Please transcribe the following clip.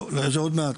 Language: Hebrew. לא, זה עוד מעט.